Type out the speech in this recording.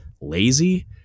lazy